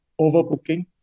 overbooking